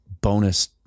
bonus